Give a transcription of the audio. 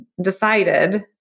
decided